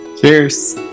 Cheers